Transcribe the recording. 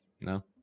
no